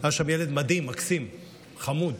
היה שם ילד מדהים, מקסים, חמוד,